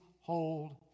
hold